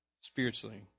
spiritually